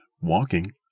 walking